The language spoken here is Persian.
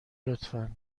لطفا